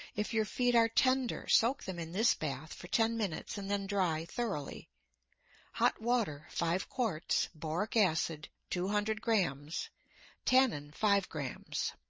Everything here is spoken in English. if your feet are tender, soak them in this bath for ten minutes, and then dry thoroughly hot water, five quarts boric acid, two hundred grams tannin, five grams.